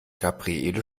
gabriele